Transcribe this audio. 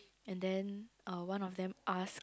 and then uh one of them ask